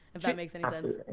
if that makes any sense.